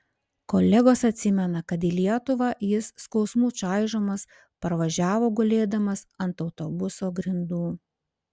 kolegos atsimena kad į lietuvą jis skausmų čaižomas parvažiavo gulėdamas ant autobuso grindų